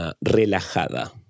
relajada